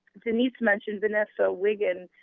denise mentioned vanessa wigand,